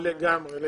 לגמרי.